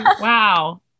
Wow